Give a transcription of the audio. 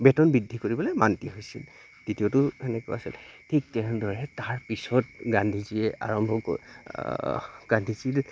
বেতন বৃদ্ধি কৰিবলৈ মান্তি হৈছিল দ্বিতীয়টো তেনেকুৱা আছিল ঠিক তেনেদৰে তাৰপিছত গান্ধীজীয়ে আৰম্ভ কৰ গান্ধীজীৰ